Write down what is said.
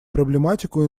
проблематику